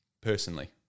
personally